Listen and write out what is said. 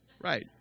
right